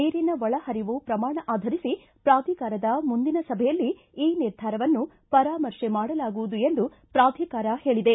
ನೀರಿನ ಒಳ ಹರಿವು ಪ್ರಮಾಣ ಆಧರಿಸಿ ಪ್ರಾಧಿಕಾರದ ಮುಂದಿನ ಸಭೆಯಲ್ಲಿ ಈ ನಿರ್ಧಾರವನ್ನು ಪರಾಮರ್ಶೆ ಮಾಡಲಾಗುವುದು ಎಂದು ಪ್ರಾಧಿಕಾರ ಹೇಳಿದೆ